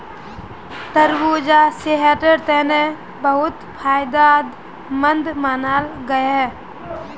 तरबूजा सेहटेर तने बहुत फायदमंद मानाल गहिये